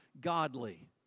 godly